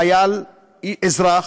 חייל, אזרח,